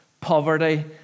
poverty